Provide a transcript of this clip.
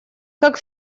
как